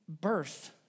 birth